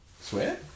Swear